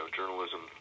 journalism